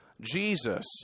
Jesus